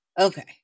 Okay